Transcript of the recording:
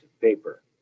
paper